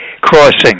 crossing